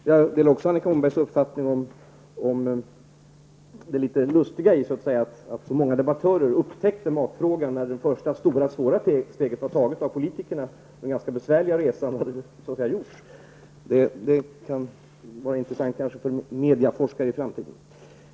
Jag delar också Annika Åhnbergs uppfattning om det litet lustiga i att så många debattörer upptäckte matfrågan först när det stora och svåra steget hade tagits av politikerna. Det kan kanske vara intressant för mediaforskare att studera detta i framtiden.